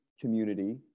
community